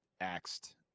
axed